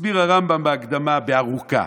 מסביר הרמב"ם בהקדמה ארוכה: